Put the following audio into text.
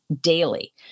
daily